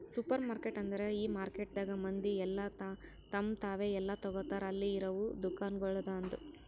supermarket ಅಂದುರ್ ಈ ಮಾರ್ಕೆಟದಾಗ್ ಮಂದಿ ಎಲ್ಲಾ ತಮ್ ತಾವೇ ಎಲ್ಲಾ ತೋಗತಾರ್ ಅಲ್ಲಿ ಇರವು ದುಕಾನಗೊಳ್ದಾಂದು